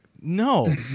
no